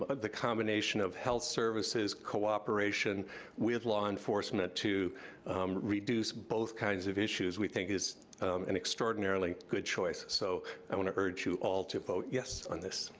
um the combination of health services cooperation with law enforcement to reduce both kinds of issues, we think is an extraordinarily good choice, so i want to urge you all to vote yes on this,